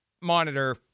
monitor